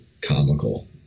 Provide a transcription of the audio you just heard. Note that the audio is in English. comical